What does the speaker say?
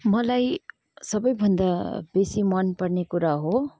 मलाई सबैभन्दा बेसी मनपर्ने कुरा हो